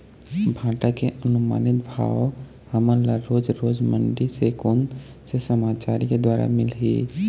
भांटा के अनुमानित भाव हमन ला रोज रोज मंडी से कोन से समाचार के द्वारा मिलही?